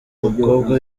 mukobwa